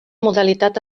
modalitat